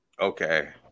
okay